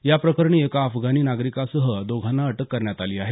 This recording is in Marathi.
या प्रकरणी एका अफगाणी नागरिकासह दोघांना अटक करण्यात आली आहे